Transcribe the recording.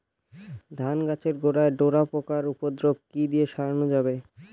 ধান গাছের গোড়ায় ডোরা পোকার উপদ্রব কি দিয়ে সারানো যাবে?